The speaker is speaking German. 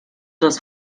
dass